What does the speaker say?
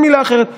אין מילה אחרת,